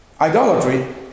Idolatry